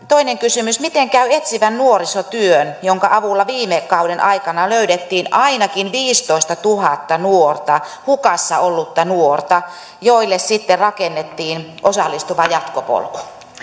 toinen kysymys miten käy etsivän nuorisotyön jonka avulla viime kauden aikana löydettiin ainakin viisitoistatuhatta nuorta hukassa ollutta nuorta joille sitten rakennettiin osallistava jatkopolku